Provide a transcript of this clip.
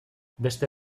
beste